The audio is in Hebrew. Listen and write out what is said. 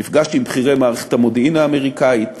נפגשתי עם בכירי מערכת המודיעין האמריקנית